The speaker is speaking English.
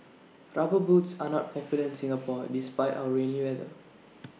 rubber boots are not popular in Singapore despite our rainy weather